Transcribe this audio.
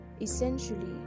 essentially